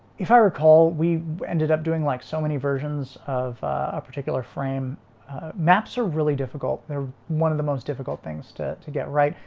if i recall we ended up doing like so many versions of a particular frame maps are really difficult. they're one of the most difficult things to to get right.